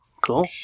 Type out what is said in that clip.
Cool